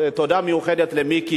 חבר הכנסת שלמה מולה,